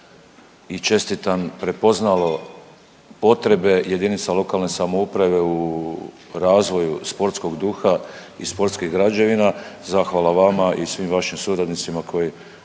i čestitam prepoznalo potrebe jedinica lokalne samouprave u razvoju sportskog duha i sportskih građevina, zahvala vama i svim vašim suradnicima koji